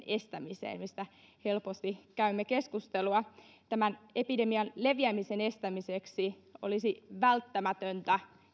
estämiseen mistä helposti käymme keskustelua epidemian leviämisen estämiseksi olisi välttämätöntä